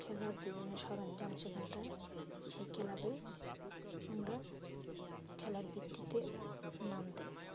খেলার বিভিন্ন সরঞ্জাম সেখানটায় সেই ক্লাবে আমরা খেলার ভিত্তিতে নাম দিই